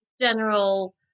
general